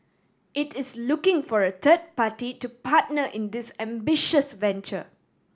it is looking for a third party to partner in this ambitious venture